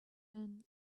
and